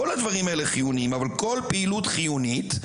כל הדברים האלה חיוניים, אבל כל פעילות חיונית,